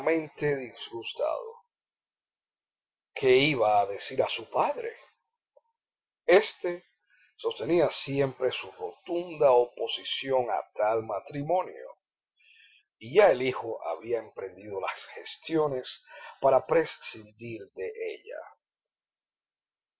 disgustado qué iba a decir a su padre éste sostenía siempre su rotunda oposición a tal matrimonio y ya el hijo había emprendido las gestiones para prescindir de ella